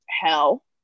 hell